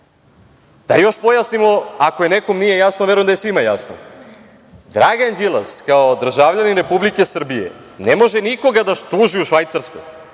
još pojasnimo ako nekome nije jasno, a verujem da je svima jasno. Dragan Đilas kao državljanin Republike Srbije ne može nikoga da tuži u Švajcarskoj,